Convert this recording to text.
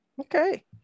Okay